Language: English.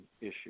issue